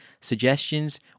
suggestions